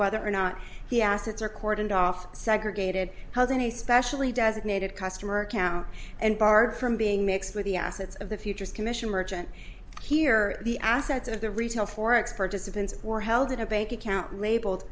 whether or not he assets are cordoned off segregated held in a specially designated customer account and barred from being mixed with the assets of the futures commission merchant here the assets of the retail forex participants were held in a bank account labeled